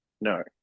no